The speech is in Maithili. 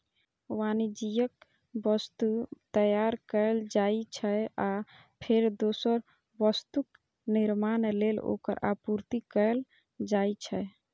वाणिज्यिक वस्तु तैयार कैल जाइ छै, आ फेर दोसर वस्तुक निर्माण लेल ओकर आपूर्ति कैल जाइ छै